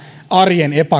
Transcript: arjen